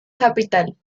capital